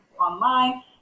online